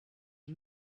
and